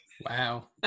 wow